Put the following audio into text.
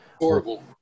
Horrible